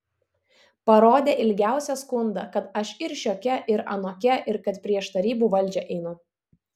parodė ilgiausią skundą kad aš ir šiokia ir anokia ir kad prieš tarybų valdžią einu